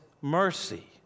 mercy